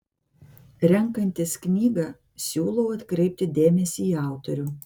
renkantis knygą siūlau atkreipti dėmesį į autorių